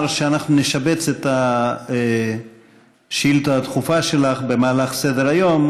שאנחנו נשבץ את השאילתה הדחופה שלך במהלך סדר-היום